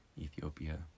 Ethiopia